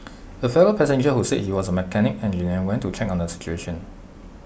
A fellow passenger who said he was A mechanical engineer went to check on the situation